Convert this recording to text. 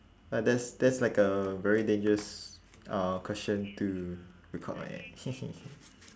but that's that's like a very dangerous uh question to record leh